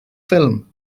ffilm